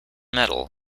metal